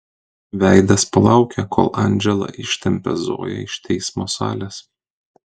veidas palaukia kol andžela ištempia zoją iš teismo salės